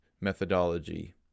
methodology